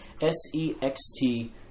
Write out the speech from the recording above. S-E-X-T